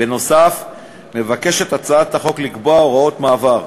בנוסף, מבקשת הצעת החוק לקבוע הוראות מעבר,